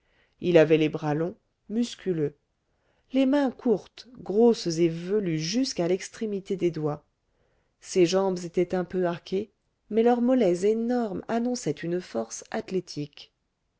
il avait les bras longs musculeux les mains courtes grosses et velues jusqu'à l'extrémité des doigts ses jambes étaient un peu arquées mais leurs mollets énormes annonçaient une force athlétique